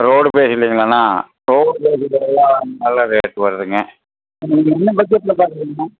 road பேஜிலிங்களாண்ணா road பேஜில் எல்லாம் நல்லா ரேட்டு வருதுங்க நீங்கள் என்ன பட்ஜெட்டில் பார்க்குறீங்கண்ணா